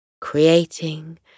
creating